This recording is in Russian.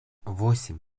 восемь